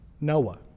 Noah